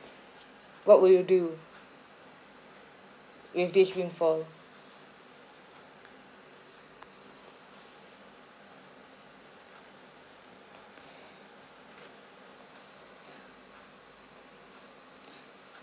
what would you do with this windfall